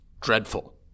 dreadful